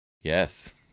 Yes